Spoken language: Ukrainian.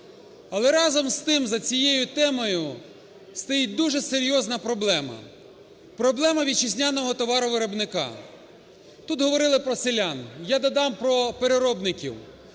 Але, разом з тим, за цією темою стоїть дуже серйозна проблема: проблема вітчизняного товаровиробника. Тут говорили про селян. Я додам про переробників,